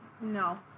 no